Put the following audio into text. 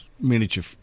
miniature